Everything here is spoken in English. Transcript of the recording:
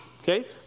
okay